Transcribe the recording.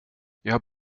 jag